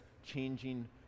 changing